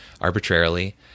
arbitrarily